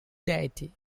deity